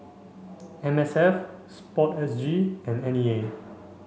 M S F sport S G and N E A